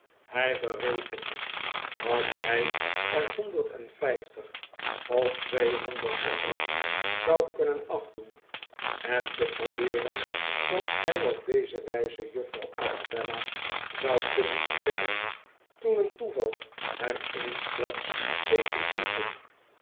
hij berekende dat hij er honderd en vijftig of tweehonderd per dag zou kunnen afdoen en te probeeren of hij op deze wijze juffrouw arabella zou kunnen ontdekken toen een toeval hem eensklaps deed ontmoeten